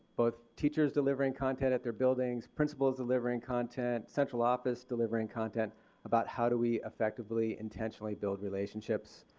both teachers delivering content at their buildings, principals delivering content, central office delivering content about how do we effectively intentionally build relationships